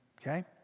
okay